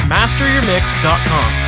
MasterYourMix.com